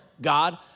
God